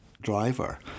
driver